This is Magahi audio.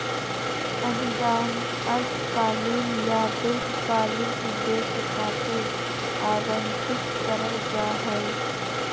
अनुदान अल्पकालिक या दीर्घकालिक उद्देश्य खातिर आवंतित करल जा हय